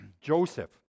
Joseph